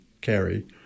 carry